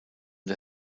der